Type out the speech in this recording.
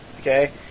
okay